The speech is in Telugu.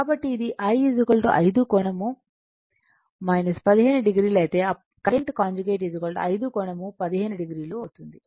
కాబట్టి ఇది I 5 కోణం 15o అయితే కరెంట్ కాంజుగేట్ 5 కోణం 15 o అవుతుంది